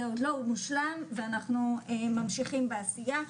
זה עוד לא מושלם ואנחנו ממשיכים בעשייה.